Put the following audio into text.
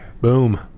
Boom